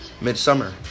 midsummer